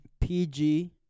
PG